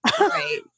Right